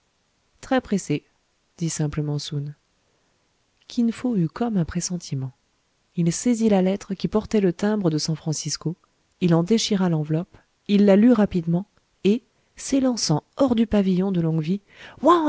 très pressée dit simplement soun kin fo eut comme un pressentiment il saisit la lettre qui portait le timbre de san francisco il en déchira l'enveloppe il la lut rapidement et s'élançant hors du pavillon de longue vie